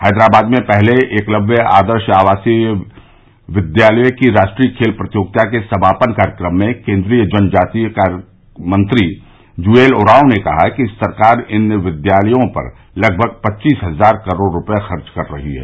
हैदराबाद में पहले एकलव्य आदर्श आवासीय विद्यालयों की राष्ट्रीय खेल प्रतियोगिता के समापन कार्यक्रम में केंद्रीय जनजातीय कार्यमंत्री जुएल ओरांव ने कहा कि सरकार इन विद्यालयों पर लगभग पच्चीस हज़ार करोड़ रुपए खर्च कर रही है